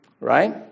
Right